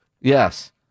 Yes